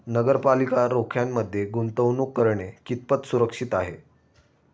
नगरपालिका रोख्यांमध्ये गुंतवणूक करणे कितपत सुरक्षित आहे?